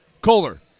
Kohler